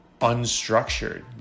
unstructured